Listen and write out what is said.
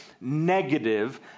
negative